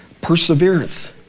Perseverance